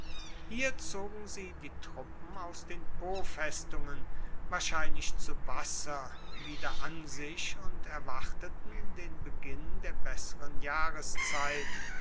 hier zogen sie die truppen aus den pofestungen wahrscheinlich zu wasser wieder an sich und erwarteten den beginn der besseren jahreszeit